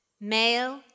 Male